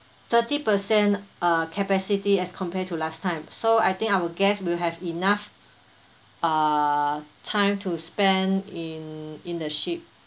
thirty percent uh capacity as compared to last time so I think our guests will have enough uh time to spend in in the ship